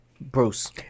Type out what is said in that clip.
Bruce